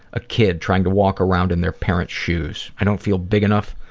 a kid trying to walk around in their parent's shoes. i don't feel big enough,